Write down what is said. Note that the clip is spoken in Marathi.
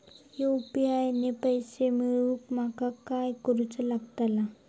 यू.पी.आय ने पैशे मिळवूक माका काय करूचा लागात?